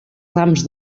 rams